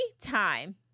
time